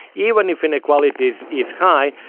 even if inequality is is high,